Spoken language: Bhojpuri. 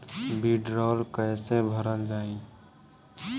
वीडरौल कैसे भरल जाइ?